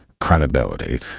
credibility